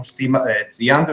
כמו שציינתם,